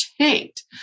tanked